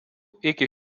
iki